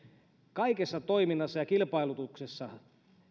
kaikessa toiminnassa ja kilpailutuksessa